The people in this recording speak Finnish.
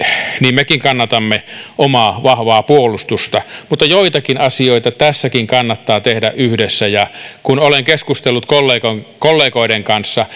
mekin kannatamme omaa vahvaa puolustusta mutta joitakin asioita tässäkin kannattaa tehdä yhdessä kun olen keskustellut kollegoiden kollegoiden kanssa